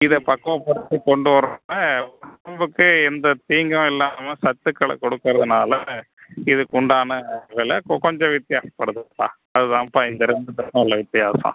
இதை பக்குவப்படுத்தி கொண்டுவர உடம்புக்கு எந்த தீங்கும் இல்லாமல் சத்துக்களை கொடுக்கறதுனாலே இதுக்குண்டான விலை கொ கொஞ்சம் வித்தியாசப்படுதுப்பா அது தான்ப்பா இந்த ரெண்டுத்துக்கும் உள்ள வித்தியாசம்